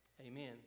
Amen